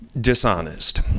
dishonest